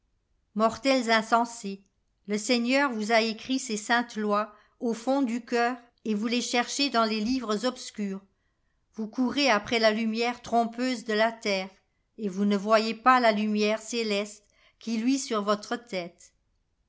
mortels insensés le seigneur vous a écrit ces saintes lois au fond du cœur et vous les cherchez dans les livres obscurs vous courez après la lumière trompeuse de la terre et vous ne voyez pas la lumière céleste qui luit sur votre tête